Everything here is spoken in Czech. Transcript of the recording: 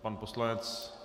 Pan poslanec...